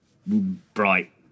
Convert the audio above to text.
Bright